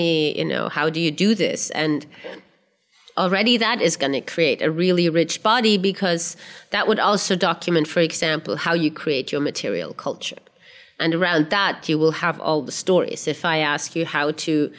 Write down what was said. me you know how do you do this and already that is going to create a really rich body because that would also document for example how you create your material culture and around that you will have all the stories if i ask you how to